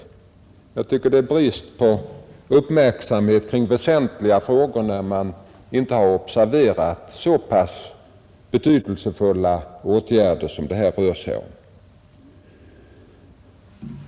Jag tycker att det tyder på bristande uppmärksamhet kring väsentliga frågor om han inte har observerat så pass betydelsefulla åtgärder som dessa.